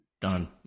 Done